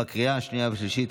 התקבלה בקריאה השנייה והשלישית,